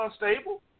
unstable